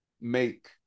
make